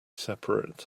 seperate